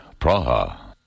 Praha